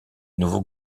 nouveau